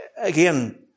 Again